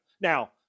Now